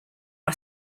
are